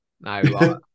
no